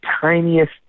tiniest